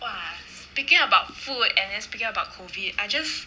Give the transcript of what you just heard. !wah! speaking about food and then speaking about COVID I just